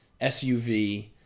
SUV